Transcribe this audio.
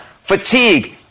Fatigue